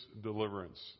deliverance